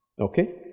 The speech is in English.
Okay